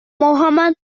mohammad